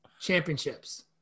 championships